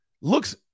Looks